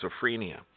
schizophrenia